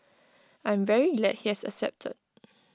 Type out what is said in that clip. I'm very glad he has accepted